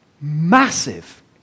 massive